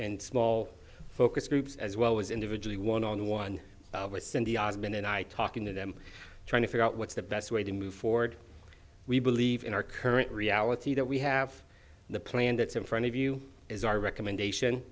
and small focus groups as well as individually one on one with cindy as men and i talking to them trying to figure out what's the best way to move forward we believe in our current reality that we have the plan that's in front of you is our recommendation